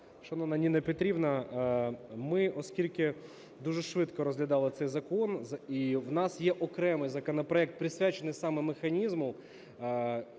Шановна Ніно Петрівно, ми, оскільки дуже швидко розглядали цей закон і в нас є окремий законопроект, присвячений саме механізму